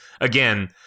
again